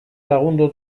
lagundu